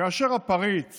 כאשר הפריץ